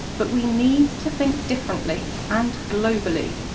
but we need to think differently and globally,